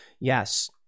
Yes